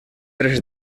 tres